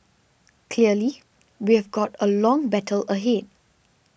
clearly we've got a long battle ahead